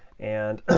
and